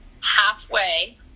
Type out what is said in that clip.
Halfway